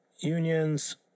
unions